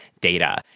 data